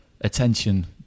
attention